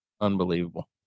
unbelievable